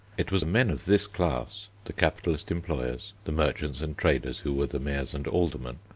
it was men of this class, the capitalist employers, the merchants and traders who were the mayors and aldermen,